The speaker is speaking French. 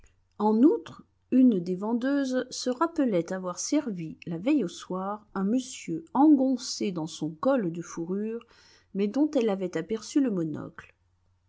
en outre une des vendeuses se rappelait avoir servi la veille au soir un monsieur engoncé dans son col de fourrure mais dont elle avait aperçu le monocle